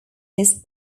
his